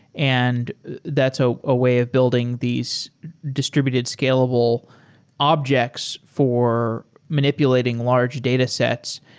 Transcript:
and that's a ah way of building these distributed scalable objects for manipulating large datasets.